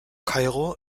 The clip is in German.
kairo